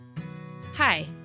Hi